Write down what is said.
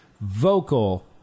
vocal